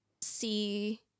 see